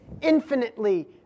infinitely